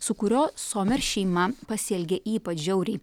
su kuriuo somer šeima pasielgė ypač žiauriai